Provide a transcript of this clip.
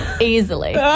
Easily